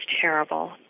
terrible